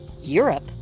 Europe